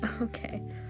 Okay